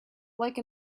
like